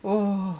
oo